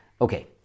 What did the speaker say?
Okay